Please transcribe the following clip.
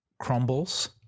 crumbles